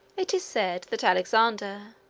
it is said that alexander,